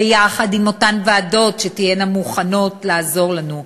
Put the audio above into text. ביחד עם אותן ועדות שתהיינה מוכנות לעזור לנו,